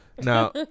now